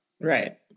Right